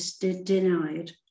denied